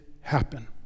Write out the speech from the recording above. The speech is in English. happen